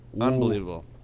unbelievable